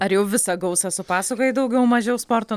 ar jau visą gausą supasakojai daugiau mažiau sporto